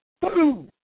Boom